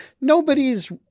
nobody's